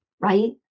Right